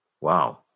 Wow